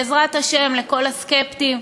בעזרת השם, לכל הסקפטיים,